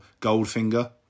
Goldfinger